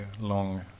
long